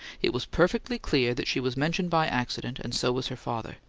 it was perfectly clear that she was mentioned by accident, and so was her father.